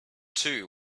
two